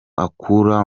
akura